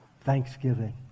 thanksgiving